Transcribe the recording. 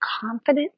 confident